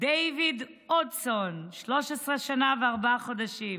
דייוויד אודסון, 13 שנה וארבעה חודשים,